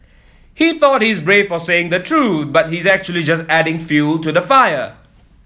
he thought he's brave for saying the truth but he's actually just adding fuel to the fire